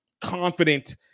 confident